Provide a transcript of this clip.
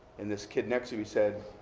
and this kid next to me said,